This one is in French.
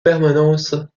permanence